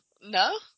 No